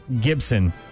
Gibson